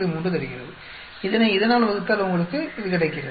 3 தருகிறது இதனை இதனால் வகுத்தால் உங்களுக்கு கிடைக்கிறது